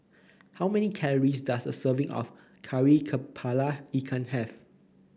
how many calories does a serving of Kari kepala Ikan have